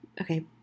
Okay